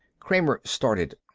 kramer started.